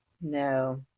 no